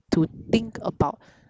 to think about